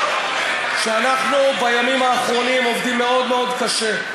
שאנחנו בימים האחרונים עובדים מאוד מאוד קשה,